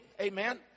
amen